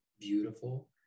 beautiful